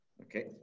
Okay